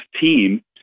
team